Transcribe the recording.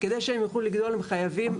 כדי שהם יוכלו לגדול הם חייבים,